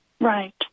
Right